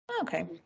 Okay